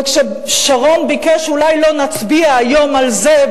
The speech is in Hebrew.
וכששרון ביקש: אולי לא נצביע היום על זה,